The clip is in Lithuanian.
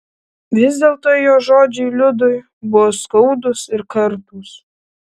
vis dėlto jo žodžiai liudui buvo skaudūs ir kartūs